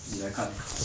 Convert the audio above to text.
你来看你看